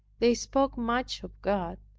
they spoke much of god.